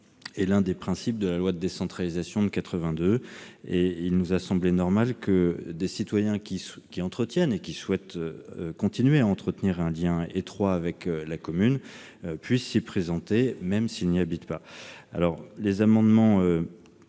est l'un des principes de la loi de décentralisation de 1982. La commission a estimé normal que des citoyens qui entretiennent, et qui souhaitent continuer à le faire, des liens étroits avec une commune puissent s'y présenter, même s'ils n'y habitent pas. Les amendements